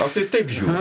aš tai taip žiūriu